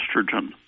estrogen